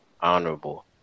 honorable